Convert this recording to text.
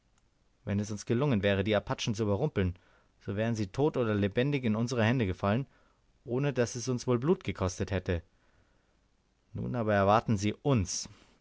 wenn es uns gelungen wäre die apachen zu überrumpeln so wären sie tot oder lebendig in unsere hände gefallen ohne daß es uns wohl blut gekostet hätte nun aber erwarten sie uns